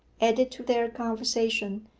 added to their conversation,